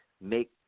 make